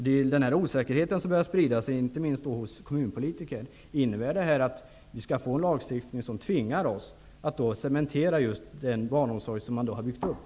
Det är den osäkerheten som börjar sprida sig, inte minst hos kommunpolitiker. Innebär detta att vi skall få en lagstiftning som tvingar oss att cementera den barnomsorg som en gång har byggts upp?